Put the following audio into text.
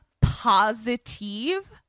positive